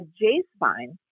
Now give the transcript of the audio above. J-spine